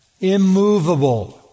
immovable